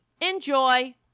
Enjoy